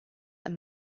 and